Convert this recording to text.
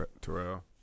Terrell